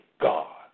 God